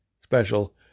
special